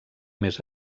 més